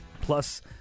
Plus